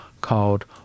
called